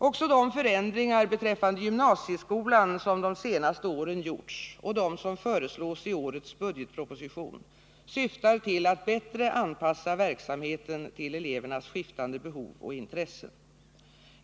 Också de förändringar beträffande gymnasieskolan som de senaste åren gjorts och de som föreslås i årets budgetproposition syftar till att bättre anpassa verksamheten till elevernas skiftande behov och intressen.